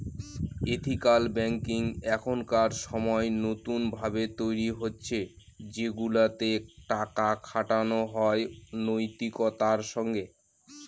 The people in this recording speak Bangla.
এথিকাল ব্যাঙ্কিং এখনকার সময় নতুন ভাবে তৈরী হচ্ছে সেগুলাতে টাকা খাটানো হয় নৈতিকতার সঙ্গে